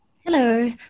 Hello